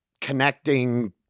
connecting